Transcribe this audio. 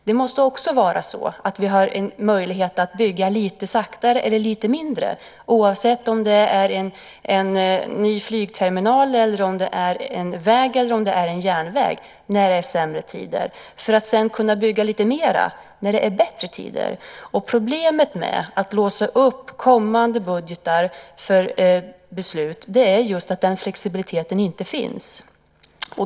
Det måste vara så att vi har möjlighet att bygga lite saktare eller lite mindre - oavsett om det är en ny flygterminal, en väg eller en järnväg - när det är sämre tider för att kunna bygga lite mer när det är bättre tider. Problemet med att låsa upp kommande budgetar för beslut är att den flexibiliteten inte finns.